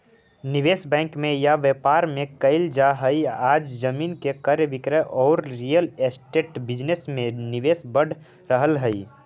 निवेश बैंक में या व्यापार में कईल जा हई आज जमीन के क्रय विक्रय औउर रियल एस्टेट बिजनेस में निवेश बढ़ रहल हई